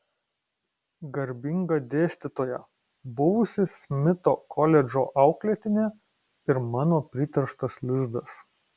garbinga dėstytoja buvusi smito koledžo auklėtinė ir mano priterštas lizdas